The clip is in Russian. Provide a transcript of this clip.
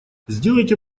сделайте